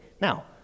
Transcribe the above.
Now